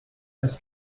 als